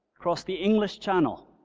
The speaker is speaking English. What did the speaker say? across the english channel.